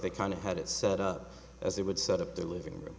they kind of had it set up as they would set up their living room